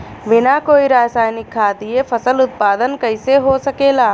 बिना कोई रसायनिक खाद दिए फसल उत्पादन कइसे हो सकेला?